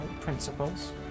principles